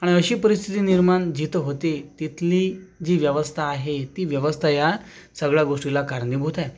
आणि अशी परिस्थिती निर्माण जिथं होते तिथली जी व्यवस्था आहे ती व्यवस्था या सगळ्या गोष्टीला कारणीभूत आहे